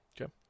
Okay